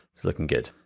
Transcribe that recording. it's looking good.